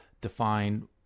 define